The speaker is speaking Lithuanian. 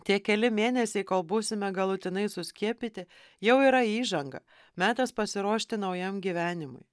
tie keli mėnesiai kol būsime galutinai suskiepyti jau yra įžanga metas pasiruošti naujam gyvenimui